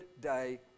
day